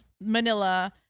manila